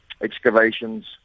excavations